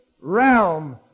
realm